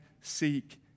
seek